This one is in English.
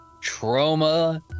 trauma